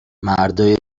مردای